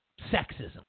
sexism